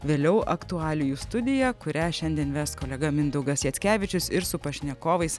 vėliau aktualijų studija kurią šiandien ves kolega mindaugas jackevičius ir su pašnekovais